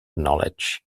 knowledge